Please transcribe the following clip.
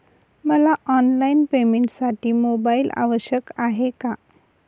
मला ऑनलाईन पेमेंटसाठी मोबाईल आवश्यक आहे का?